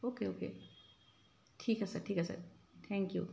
okay okay ঠিক আছে ঠিক আছে থেংক ইউ